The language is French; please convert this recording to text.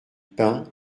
pain